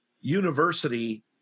university